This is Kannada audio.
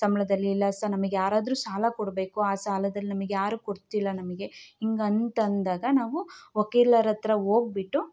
ಸಂಬಳದಲ್ಲಿ ಇಲ್ಲ ಸಹ ನಮಗೆ ಯಾರಾದ್ರೂ ಸಾಲ ಕೊಡಬೇಕು ಆ ಸಾಲದಲ್ಲಿ ನಮ್ಗೆ ಯಾರು ಕೊಡ್ತಿಲ್ಲ ನಮಗೆ ಹಿಂಗಂತ್ ಅಂದಾಗ ನಾವು ವಕೀಲರಹತ್ರ ಹೋಗ್ಬಿಟ್ಟು